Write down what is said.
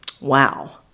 Wow